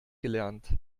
gelernt